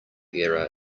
error